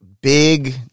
Big